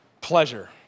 pleasure